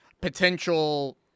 potential